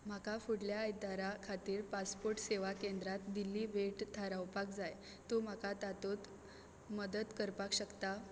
म्हाका फुडल्या आयतारा खातीर पासपोर्ट सेवा केंद्रांत दिल्ली भेट थारावपाक जाय तूं म्हाका तातूंत मदत करपाक शकता